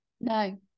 no